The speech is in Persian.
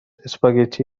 اسپاگتی